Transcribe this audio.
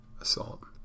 assault